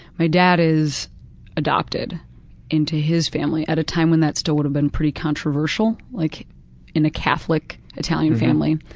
my dad is adopted into his family at a time when that still would have been pretty controversial, like in a catholic italian family,